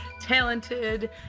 talented